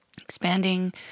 expanding